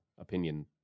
opinion